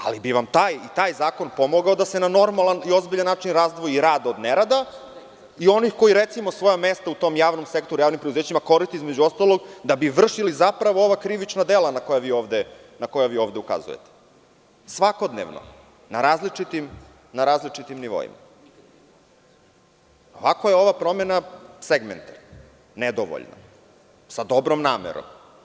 Ali bi vam taj zakon pomogao da se na normalan i ozbiljan način razdvoji rad od nerada i onih koji svoja mesta u tom javnom sektoru, javnim preduzećima, koriste da bi vršili ova krivična dela na koja vi ovde ukazujete svakodnevno na različitim nivoima. ovako je ova promena segment, nedovoljna, sa dobrom namerom.